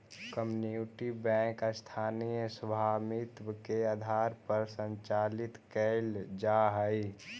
community bank स्थानीय स्वामित्व के आधार पर संचालित कैल जा हइ